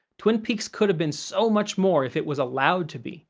twin peaks could have been so much more if it was allowed to be,